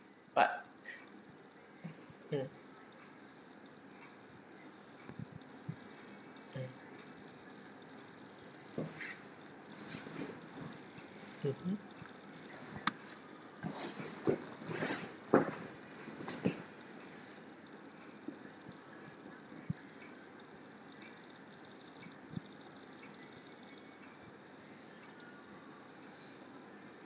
but mm mm mmhmm